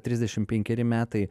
trisdešimt penkeri metai